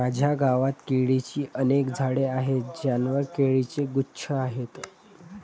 माझ्या गावात केळीची अनेक झाडे आहेत ज्यांवर केळीचे गुच्छ आहेत